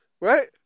right